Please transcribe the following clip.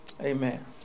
Amen